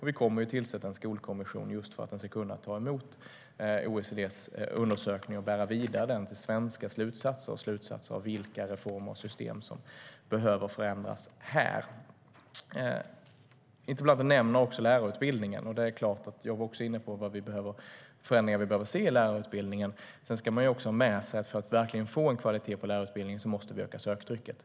Vi kommer att tillsätta en skolkommission just för att den ska kunna ta emot OECD:s undersökning och bära den vidare till svenska slutsatser om vilka reformer och system som behöver förändras här. Interpellanten nämner också lärarutbildningen. Jag var inne på vilka förändringar vi behöver se i lärarutbildningen. Man ska också ha med sig att för att verkligen få kvalitet på lärarutbildningen måste vi öka söktrycket.